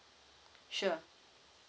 sure